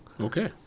Okay